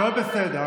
הכול בסדר,